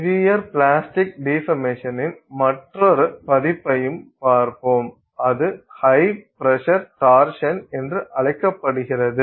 severe plastic டிபர்மேசனின் மற்றொரு பதிப்பையும் பார்ப்போம் அது ஹய் பிரஷர் டார்சன் என்று அழைக்கப்படுகிறது